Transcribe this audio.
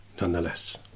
nonetheless